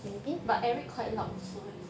but eric quite loud also eh